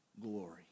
glory